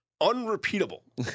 unrepeatable